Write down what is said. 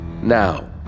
Now